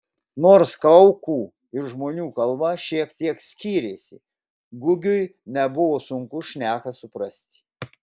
nors kaukų ir žmonių kalba šiek tiek skyrėsi gugiui nebuvo sunku šneką suprasti